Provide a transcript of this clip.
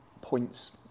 points